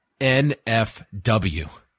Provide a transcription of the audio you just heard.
NFW